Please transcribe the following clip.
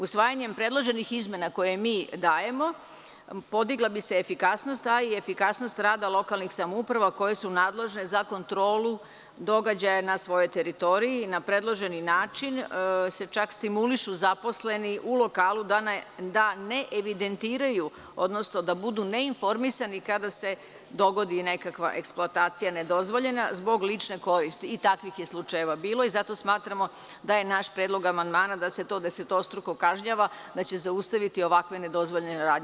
Usvajanjem predloženih izmena koje mi dajemo podigla bi se efikasnost, pa i efikasnost rada lokalnih samouprava koje su nadležne za kontrolu događaja na svojoj teritoriji i na predloženi način se čak stimulišu zaposleni u lokalu da ne evidentiraju, odnosno da budu neinformisani kada se dogodi nekakve eksploatacija nedozvoljena zbog lične koristi i takvih je slučajeva bilo i zato smatramo da je naš predlog amandmana da se to desetostruko kažnjava, da će zaustaviti ovakve nedozvoljene radnje.